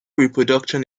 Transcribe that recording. reproduction